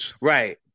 Right